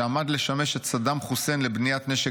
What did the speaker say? שעמד לשמש את סדאם חוסיין לבניית נשק